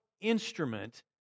instrument